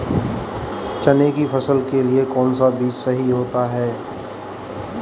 चने की फसल के लिए कौनसा बीज सही होता है?